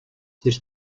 тэр